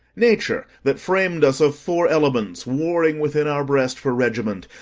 nature, that fram'd us of four elements warring within our breasts for regiment,